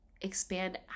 expand